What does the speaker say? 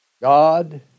God